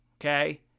Okay